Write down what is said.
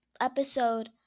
episode